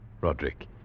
Roderick